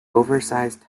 oversized